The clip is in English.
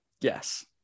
Yes